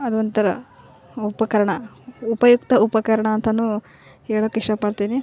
ಅದೊಂಥರ ಉಪಕರಣ ಉಪಯುಕ್ತ ಉಪಕರಣ ಅಂತ ಹೇಳೋಕೆ ಇಷ್ಟ ಪಡ್ತೀನಿ